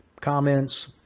comments